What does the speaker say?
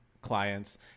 clients